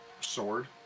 sword